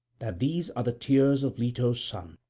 that these are the tears of leto's son,